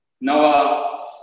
Noah